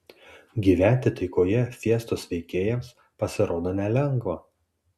gyventi taikoje fiestos veikėjams pasirodo nelengva